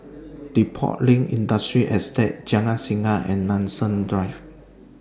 Depot Lane Industrial Estate Jalan Singa and Nanson Drive